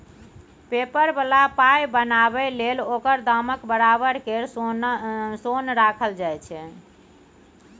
paper बला पाइ बनाबै लेल ओकर दामक बराबर केर सोन राखल जाइ छै